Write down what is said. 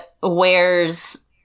wears